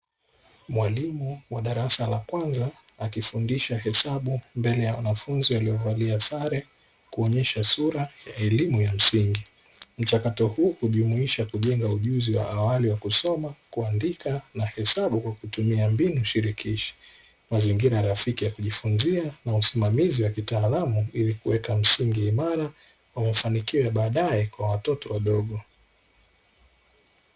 Mwalimu wa darasa la kwanza, akifundisha hesabu mbele ya wanafunzi waliovalia sare, kuonyesha sura ya elimu ya msingi. Mchakato huu hujumuisha kujenga ujuzi wa awali wa kusoma, kuandika na hesabu kwa kutumia mbinu shirikishi. Mazingira rafiki ya kujifunzia na usimamizi wa kitaalamu ili kuweka msingi imara wa mafanikio ya baadaye kwa watoto wadogo.